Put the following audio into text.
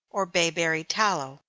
or bayberry tallow.